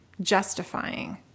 justifying